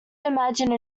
imagine